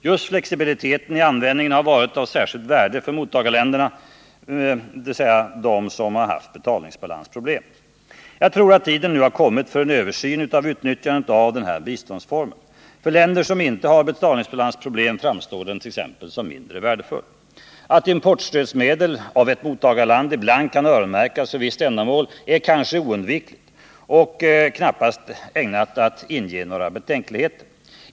Just flexibiliteten i användningen har varit av särskilt värde för mottagarländer, dvs. de som har haft betalningsbalansproblem. Jag tror att tiden nu har kommit för en översyn av utnyttjandet av den här biståndsformen. För länder som inte har betalningsbalansproblem framstår den t.ex. som mindre värdefull. Att importstödsmedel av ett mottagarland ibland kan öronmärkas för visst ändamål är kanske oundvikligt och knappast ägnat att inge några betänkligheter.